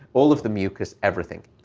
all of the mucus, everything.